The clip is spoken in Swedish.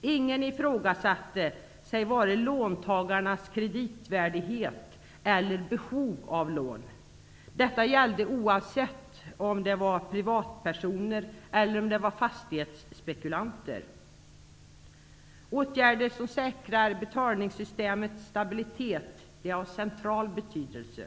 Ingen ifrågasatte vare sig låntagarens kreditvärdighet eller behov av lån. Detta gällde oavsett om det var privatpersoner eller om det var fastighetsspekulanter. Åtgärder som säkrar betalningssystemets stabilitet är av central betydelse.